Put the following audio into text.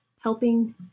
helping